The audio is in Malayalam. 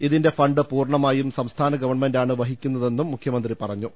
ഇതിന്റെ ഫണ്ട് പൂർണമായും സംസ്ഥാന ഗവൺമെന്റാണ് വഹി ക്കുന്നതെന്നും മുഖ്യമന്ത്രി പറഞ്ഞു